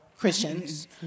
Christians